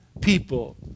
people